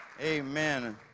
Amen